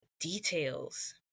details